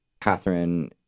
Catherine